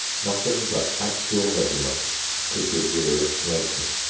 nothing but actual measurements could give real information,